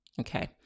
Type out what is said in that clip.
okay